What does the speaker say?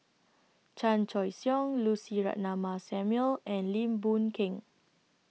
Chan Choy Siong Lucy Ratnammah Samuel and Lim Boon Keng